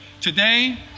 today